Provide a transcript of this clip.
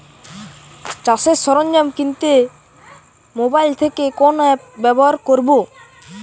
চাষের সরঞ্জাম কিনতে মোবাইল থেকে কোন অ্যাপ ব্যাবহার করব?